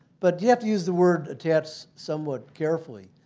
but you have to use the word attach somewhat carefully.